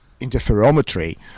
interferometry